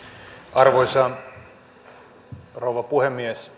arvoisa rouva puhemies